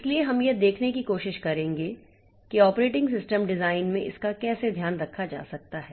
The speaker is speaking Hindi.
इसलिए हम यह देखने की कोशिश करेंगे कि ऑपरेटिंग सिस्टम डिज़ाइन में इसका कैसे ध्यान रखा जा सकता है